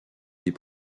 des